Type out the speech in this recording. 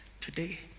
Today